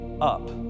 up